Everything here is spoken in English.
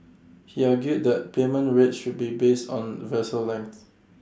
he argued that payment rates should be based on vessel length